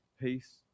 Peace